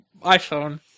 iPhone